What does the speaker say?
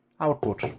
Output